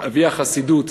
אבי החסידות,